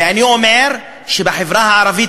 ואני אומר שבחברה הערבית,